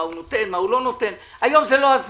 מה הוא נותן ומה הוא לא נותן היום זה לא הזמן.